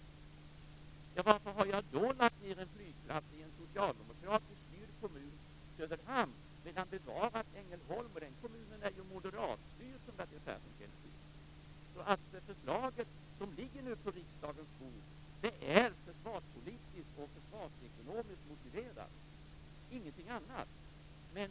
Men varför har jag då lagt ned en flygplats i en socialdemokratiskt styrd kommun, Söderhamn, men bevarat den i Ängelholm, som ju, som Bertil Persson känner till, är en moderatstyrd kommun?